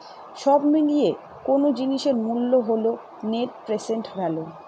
সব মিলিয়ে কোনো জিনিসের মূল্য হল নেট প্রেসেন্ট ভ্যালু